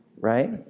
right